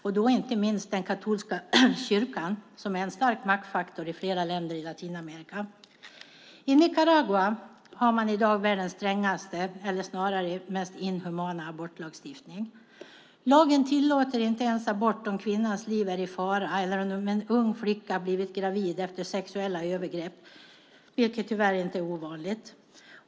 Det gäller inte minst den katolska kyrkan, som är en stark maktfaktor i flera länder i Latinamerika. I Nicaragua har man i dag världens strängaste eller snarare mest inhumana abortlagstiftning. Lagen tillåter inte ens abort om kvinnans liv är i fara eller om en ung flicka blivit gravid efter sexuella övergrepp, vilket tyvärr inte är ovanligt.